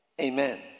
Amen